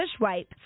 wipe